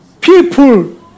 People